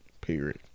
Period